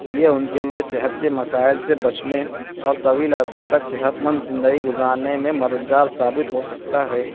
یہ ان کے لئے صحت کے مسائل سے بچنے اور طویل عرصے تک صحت مند زندگی گزارنے میں مددگار ثابت ہو سکتا ہے